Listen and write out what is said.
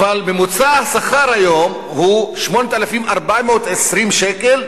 אבל ממוצע השכר היום הוא 8,420 שקל.